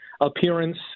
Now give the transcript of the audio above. appearance